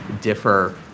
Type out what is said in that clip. differ